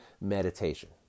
meditation